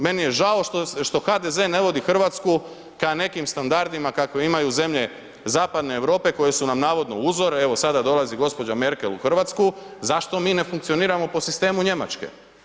Meni je žao što HDZ ne vodi Hrvatsku kraj nekim standardima kakve imaju zemlje zapadne Europe koje su nam navodno uzor, evo sada dolazi gospođa Merkel u Hrvatsku zašto mi ne funkcioniramo po sistemu Njemačke.